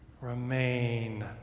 remain